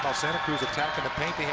santa cruz tapping the paint.